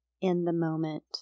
in-the-moment